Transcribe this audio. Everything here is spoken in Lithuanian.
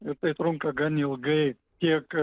ir tai trunka gan ilgai tiek